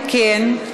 אם כן,